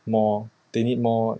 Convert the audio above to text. more they need more